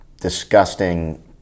disgusting